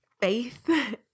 faith